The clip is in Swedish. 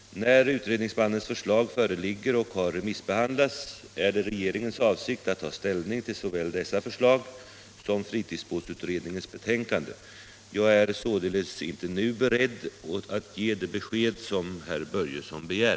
När utredningsmannens förslag föreligger och har remissbehandlats är det regeringens avsikt att ta ställning till såväl dessa förslag som fritidsbåtsutredningens betänkande. Jag är således inte nu beredd att ge det besked som herr Börjesson begär.